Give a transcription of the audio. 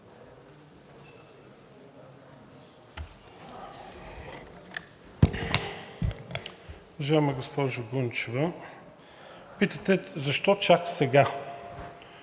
защо чак сега?